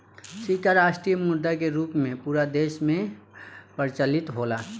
सिक्का राष्ट्रीय मुद्रा के रूप में पूरा देश में प्रचलित होला